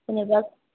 जेन'बा